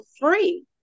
free